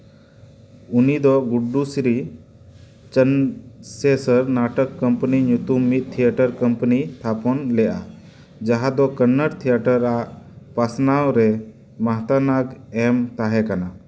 ᱩᱱᱤ ᱫᱚ ᱜᱩᱰᱰᱚ ᱥᱨᱤ ᱪᱚᱱᱱᱮᱥᱥᱚᱨ ᱱᱟᱴᱚᱠ ᱠᱳᱢᱯᱟᱱᱤ ᱮ ᱛᱷᱟᱯᱚᱱ ᱞᱮᱜᱼᱟ ᱡᱟᱦᱟᱸ ᱫᱚ ᱠᱚᱱᱱᱚᱲ ᱛᱷᱤᱭᱮᱴᱟᱨ ᱟᱜ ᱯᱟᱥᱱᱟᱣ ᱨᱮ ᱢᱚᱦᱛᱟᱱᱟᱜ ᱮᱢ ᱛᱟᱦᱮᱸ ᱠᱟᱱᱟ